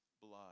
blood